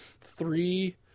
three